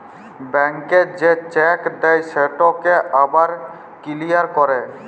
ব্যাংকে যে চ্যাক দেই সেটকে আবার কিলিয়ার ক্যরে